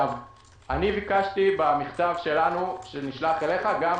אני ביקשתי במכתב שלנו שנשלח אליך, גם